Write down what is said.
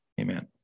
Amen